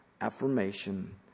affirmation